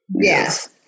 Yes